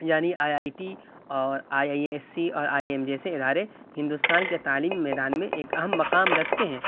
یعنی I I T اور I I S C اور آئی آئی ایم جیسے ادارے ہندوستان کے تعلیمی میدان میں ایک اہم مقام رکھتے ہیں